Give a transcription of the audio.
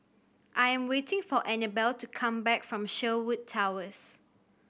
I am waiting for Annabelle to come back from Sherwood Towers